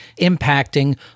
impacting